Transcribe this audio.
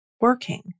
working